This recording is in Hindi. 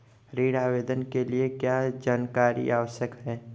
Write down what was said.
ऋण आवेदन के लिए क्या जानकारी आवश्यक है?